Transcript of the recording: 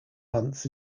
months